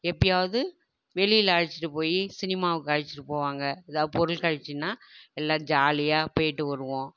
எப்பயாவுது வெளியில் அழைச்சுட்டு போய் சினிமாவுக்கு அழைச்சுட்டு போவாங்க எதா பொருட்காட்சின்னா எல்லாம் ஜாலியாக போய்ட்டு வருவோம்